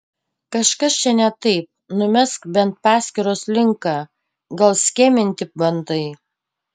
kažkas čia ne taip numesk bent paskyros linką gal skeminti bandai